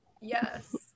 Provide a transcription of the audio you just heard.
Yes